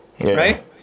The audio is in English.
right